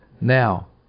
Now